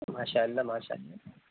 ماشاء اللہ ماشاء اللہ